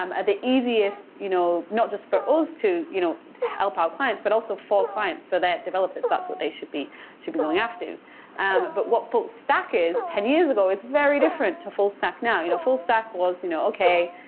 um the easiest you know not just for us to you know help our clients, but also for clients for their developers, that's what they should be should be going after too um but what full-stack is ten years ago is very different to full-stack now. you know full-stack was, you know okay.